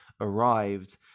arrived